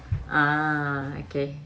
ah okay